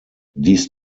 dies